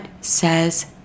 says